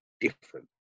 different